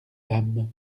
dame